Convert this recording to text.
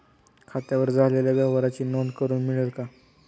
खात्यावर झालेल्या व्यवहाराची नोंद करून मिळेल का?